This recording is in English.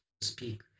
speak